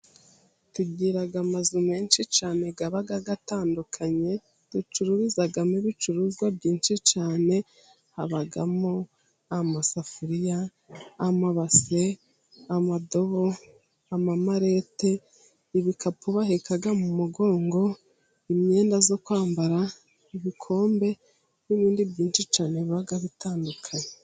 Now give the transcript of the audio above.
Tugira amazu menshi cyane aba atandukanye ducururizamo ibicuruzwa byinshi cyane, habamo amasafuriya, amabase, amadobo, amamarete, ibikapu baheka mu mugongo, imyenda yo kwambara, ibikombe, n'ibindi byinshi cyane biba bitandukanye.